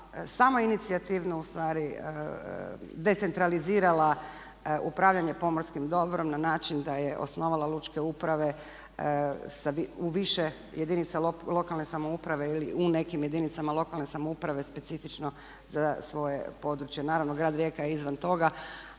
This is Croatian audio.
samoinicijativno ustvari decentralizirala upravljanje pomorskim dobrom na način da je osnovala lučke uprave u više jedinica lokalne samouprave ili u nekim jedinicama lokalne samouprave specifično za svoje područje. Naravno grad Rijeka je izvan toga